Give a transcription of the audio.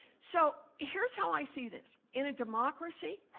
so here's how i see this. in a democracy,